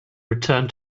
returned